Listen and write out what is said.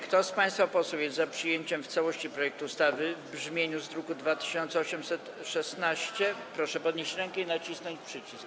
Kto z państwa posłów jest za przyjęciem w całości projektu ustawy w brzmieniu z druku nr 2816, proszę podnieść rękę i nacisnąć przycisk.